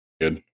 good